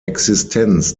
existenz